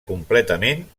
completament